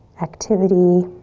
activity